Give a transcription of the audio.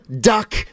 duck